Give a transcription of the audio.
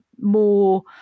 more